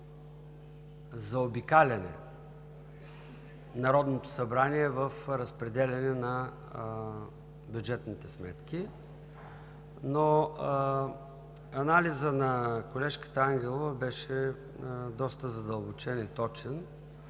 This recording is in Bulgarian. заобикаляне на Народното събрание в разпределяне на бюджетните сметки. Анализът на колежката Ангелова беше доста задълбочен и точен.